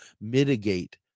mitigate